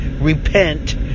repent